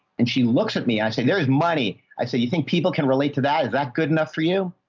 and she looks at me and i say, there is money. i said, you think people can relate to that? is that good enough for you?